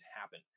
happen